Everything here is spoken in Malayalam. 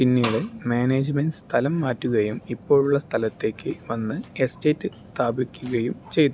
പിന്നീട് മാനേജ്മെൻറ് സ്ഥലം മാറ്റുകയും ഇപ്പോഴുള്ള സ്ഥലത്തേക്ക് വന്ന് എസ്റ്റേറ്റ് സ്ഥാപിക്കുകയും ചെയ്തു